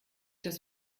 das